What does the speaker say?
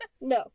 No